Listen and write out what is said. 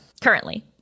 currently